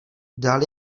dal